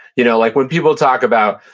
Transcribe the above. you know like when people talk about,